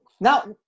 Now